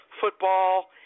football